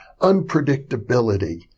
unpredictability